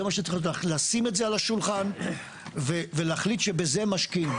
יש לשים את זה על השולחן ולהחליט שבזה משקיעים.